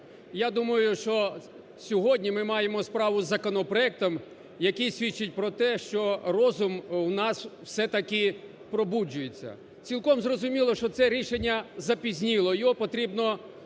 Я думаю, що сьогодні ми маємо справу із законопроектом, який свідчить про те, що розум у нас все-таки пробуджується. Цілком зрозуміло, що це рішення запізніло, його потрібно